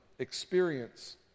experience